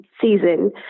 season